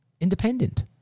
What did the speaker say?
independent